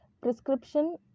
prescription